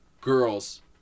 girls